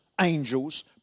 angels